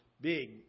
big